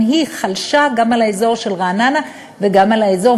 היא חלשה גם על האזור של רעננה וגם על שלנו,